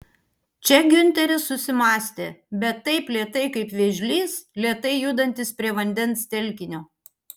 čia giunteris susimąstė bet taip lėtai kaip vėžlys lėtai judantis prie vandens telkinio